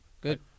Good